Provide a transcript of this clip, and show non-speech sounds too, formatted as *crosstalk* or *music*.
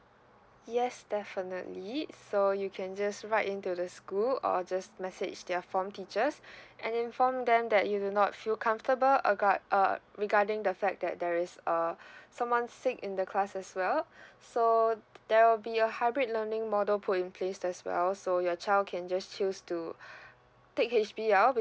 yes definitely so you can just write in to the school or just message their form teachers *breath* and inform them that you will not feel comfortable a guard uh regarding the fact that there is uh *breath* someone sick in the class as well *breath* so there will be a hybrid learning model put in place as well so your child can just choose to *breath* take H_B_L